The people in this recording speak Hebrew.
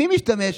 מי משתמש?